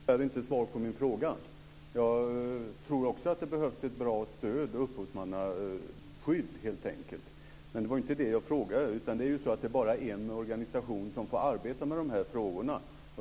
Fru talman! Nu fick jag tyvärr inte svar på min fråga. Jag tror också att det behövs ett bra stöd, ett upphovsmannaskydd helt enkelt. Men det var inte det jag frågade om. Det är ju bara en organisation som får arbeta med de här frågorna.